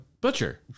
Butcher